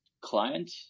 client